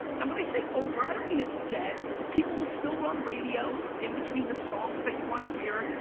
and when i say over, i don't mean it's dead. people will still run radio, in-between the songs that you want to hear,